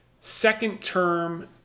second-term